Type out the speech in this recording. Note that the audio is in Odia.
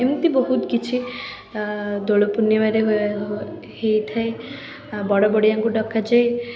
ଏମତି ବହୁତ କିଛି ଦୋଳପୂର୍ଣ୍ଣିମାରେ ହ ହେଇଥାଏ ଆ ବଡ଼ବଡ଼ିଆଙ୍କୁ ଡକାଯାଏ